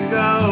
go